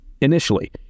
Initially